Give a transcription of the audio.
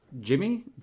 Jimmy